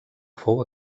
fou